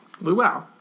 Luau